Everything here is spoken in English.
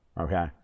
okay